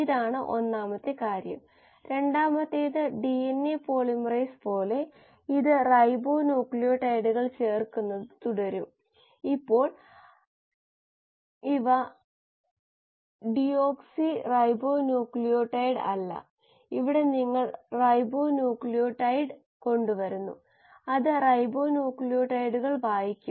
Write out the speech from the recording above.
ഏതൊക്കെ yield coefficient എവിടെയാണെന്നും അവ എങ്ങനെ പരിവർത്തനം ചെയ്യാമെന്നും നമ്മൾ പരിശോധിച്ചു ഒരു നിരക്ക് മറ്റൊരു നിരക്കിലേക്ക് ഇന്റർ കൺവേർട്ട് റേറ്റുകൾ തുടങ്ങിയവയും